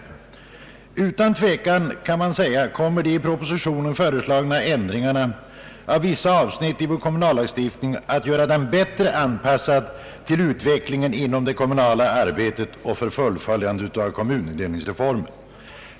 Utan tvivel kommer de i propositionen föreslagna ändringarna av vissa avsnitt i vår kommunallagstiftning att göra den bättre anpassad till utvecklingen inom det kommunala arbetet och fullföljandet av kommunindelningsreformen.